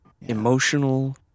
emotional